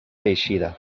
eixida